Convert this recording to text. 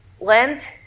Lent